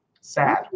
Sad